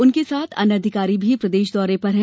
उनके साथ अन्य अधिकारी भी प्रदेश दौरे पर है